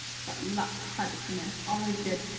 it's got lots of projects in there, always good.